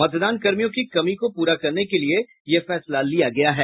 मतदानकर्मियों की कमी को पूरा करने के लिए यह फैसला लिया गया है